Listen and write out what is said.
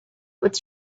with